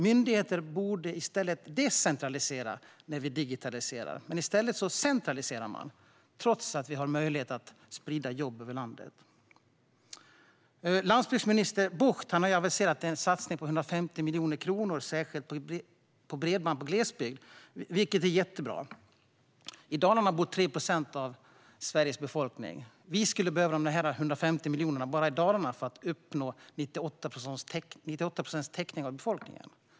Myndigheter borde decentralisera i samband med digitalisering, men i stället centraliserar man trots att vi har möjlighet att sprida jobb över landet. Landsbygdsminister Bucht har aviserat en satsning på 150 miljoner kronor på bredband i glesbygd, vilket är jättebra. I Dalarna bor 3 procent av Sveriges befolkning. Vi skulle behöva dessa 150 miljoner bara i Dalarna för att uppnå en täckning motsvarande 98 procent av befolkningen.